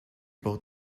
both